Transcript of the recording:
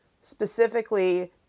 specifically